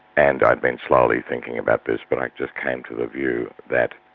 and i'd been slowly thinking about this, but i just came to the view that,